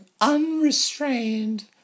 unrestrained